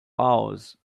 hours